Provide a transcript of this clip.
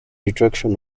retraction